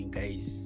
guys